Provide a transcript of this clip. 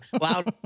loud